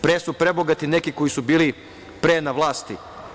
Pre su prebogati neki koji su bili pre na vlasti.